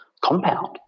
compound